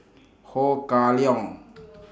Ho Kah Leong